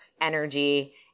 energy